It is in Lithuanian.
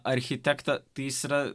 architektą tai yra